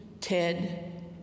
Ted